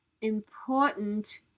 important